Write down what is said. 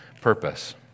purpose